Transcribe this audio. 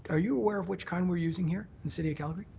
are you aware of which kind we're using here in the city of calgary?